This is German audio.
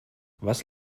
was